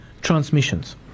transmissions